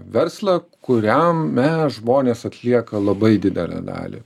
verslą kuriame žmonės atlieka labai didelę dalį